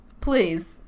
Please